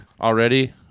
already